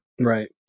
Right